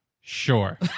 Sure